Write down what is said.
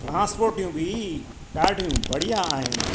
ट्रांस्पॉटियूं बि ॾाढियूं बढ़िया आहिनि